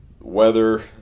weather